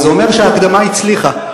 זה אומר שההקדמה הצליחה.